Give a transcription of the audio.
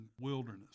wilderness